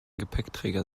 gepäckträger